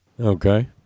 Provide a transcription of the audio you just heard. Okay